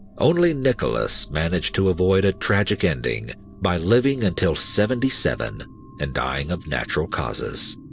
only nicholas managed to avoid a tragic ending by living until seventy seven and dying of natural causes.